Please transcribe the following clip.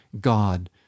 God